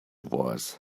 was